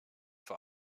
vor